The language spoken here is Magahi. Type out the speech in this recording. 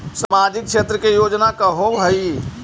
सामाजिक क्षेत्र के योजना का होव हइ?